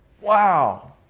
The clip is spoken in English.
Wow